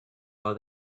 are